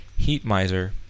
Heatmiser